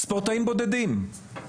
ספורטאים בודדים.